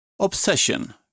Obsession